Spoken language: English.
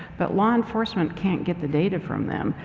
but law enforcement can't get the data from them.